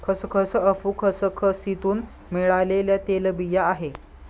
खसखस अफू खसखसीतुन मिळालेल्या तेलबिया आहे